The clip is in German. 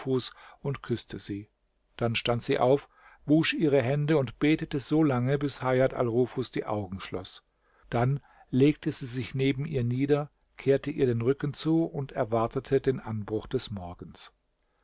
und küßte sie dann stand sie auf wusch ihre hände und betete so lange bis hajat al rufus die augen schloß dann legte sie sich neben ihr nieder kehrte ihr den rücken zu und erwartete den anbruch des morgens